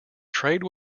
trade